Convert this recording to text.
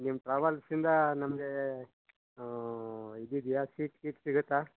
ನಿಮ್ಮ ಟ್ರಾವಲ್ಸಿಂದ ನಮಗೆ ಇದಿದೆಯಾ ಸೀಟ್ ಗೀಟ್ ಸಿಗುತ್ತಾ